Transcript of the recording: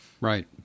Right